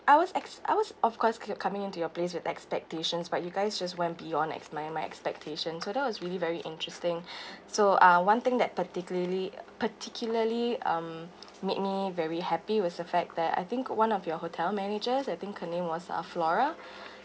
I was ex~ I was of course co~ coming into your place with expectations but you guys just went beyond ex~ my my expectations so that was really very interesting so uh one thing that particularly particularly um made me very happy was the fact that I think one of your hotel managers I think her name was uh flora